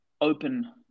open